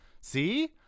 see